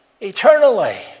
eternally